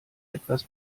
etwas